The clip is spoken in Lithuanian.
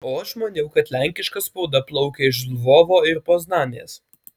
o aš maniau kad lenkiška spauda plaukė iš lvovo ir poznanės